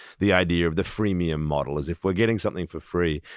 the idea of the freemium model, as if we're getting something for free.